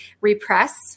repress